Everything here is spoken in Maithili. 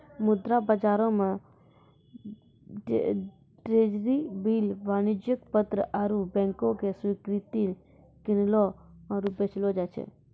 मुद्रा बजारो मे ट्रेजरी बिल, वाणिज्यक पत्र आरु बैंको के स्वीकृति किनलो आरु बेचलो जाय छै